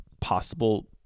possible